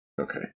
Okay